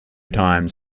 times